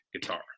guitar